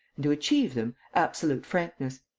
to achieve them, absolute frankness.